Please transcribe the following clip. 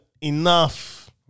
enough